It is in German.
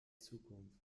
zukunft